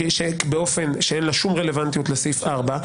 באופן שאין לה שום רלוונטיות לסעיף 4,